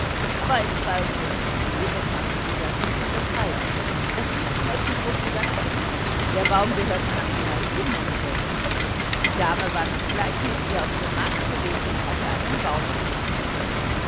aber in b bekam frieder guten bescheid das dienstmädchen wußte es ganz gewiß der baum gehörte nach nr die dame war zugleich mit ihr auf dem markt gewesen und hatte einen baum gekauft